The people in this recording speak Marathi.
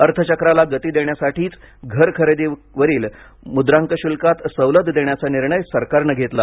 अर्थचक्राला गती देण्यासाठीच घर खरेदीवरील मुद्रांक शुल्कात सवलत देण्याचा निर्णय सरकारने घेतला